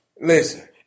listen